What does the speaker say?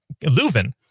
Leuven